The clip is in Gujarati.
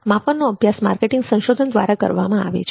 માપનનો અભ્યાસ માર્કેટિંગ સંશોધન દ્વારા કરવામાં આવે છે